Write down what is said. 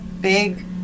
big